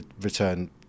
return